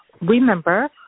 remember